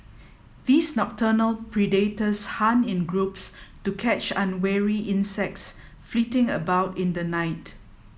these nocturnal predators hunt in groups to catch unwary insects flitting about in the night